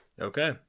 okay